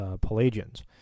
Pelagians